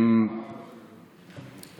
מה למדת בבן-גוריון?